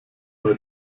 bei